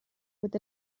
with